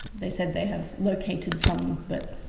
they said they have located some but,